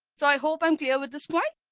so i hope i'm clear with this point.